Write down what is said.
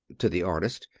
to the artist.